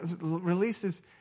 releases